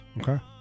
Okay